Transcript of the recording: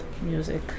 music